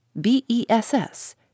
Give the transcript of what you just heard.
B-E-S-S